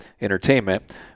entertainment